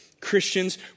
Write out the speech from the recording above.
Christians